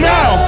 Now